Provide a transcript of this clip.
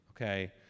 okay